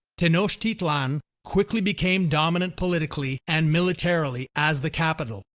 tenochtitlan quickly became dominant politically and militarily as the capital,